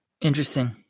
Interesting